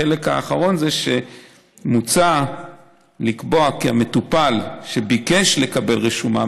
בחלק האחרון מוצע לקבוע כי המטופל שביקש לקבל רשומה,